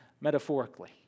metaphorically